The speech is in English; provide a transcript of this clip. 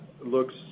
looks